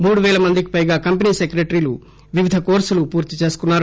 మూడు వేలమంది పైగా కంపెనీ సెక్రటరీలు వివధ కొర్పులు పూర్తి చేసుకున్నారు